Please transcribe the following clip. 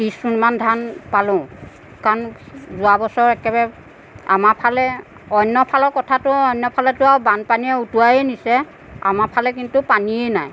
ত্ৰিশমোনমান ধান পালো কাৰণ যোৱা বছৰ একেবাৰে আমাৰ ফালে অন্য ফালৰ কথাটো অন্যফালেতো আৰু বানপানীয়ে উটুৱাইয়ে নিছে আমাৰ ফালে কিন্তু পানীয়ে নাই